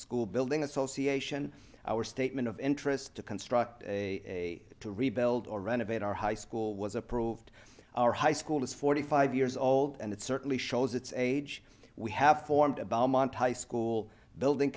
school building association our statement of interest to construct a to rebuild or renovate our high school was approved our high school is forty five years old and it certainly shows its age we have formed a bomb on thai school building